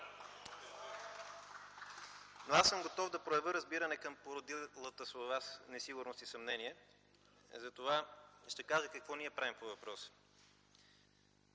Аз съм готов да проявя разбиране към породилата се у Вас несигурност и съмнение, затова ще кажа какво ние правим по въпроса.